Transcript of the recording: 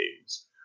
games